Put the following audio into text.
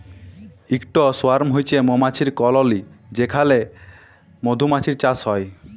ইকট সোয়ার্ম হছে মমাছির কললি যেখালে মধুমাছির চাষ হ্যয়